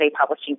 publishing